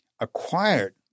Acquired